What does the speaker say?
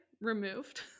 Removed